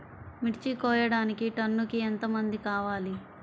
మిర్చి కోయడానికి టన్నుకి ఎంత మంది కావాలి?